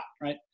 Right